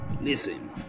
Listen